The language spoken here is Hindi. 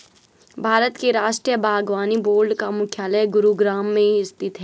भारत के राष्ट्रीय बागवानी बोर्ड का मुख्यालय गुरुग्राम में स्थित है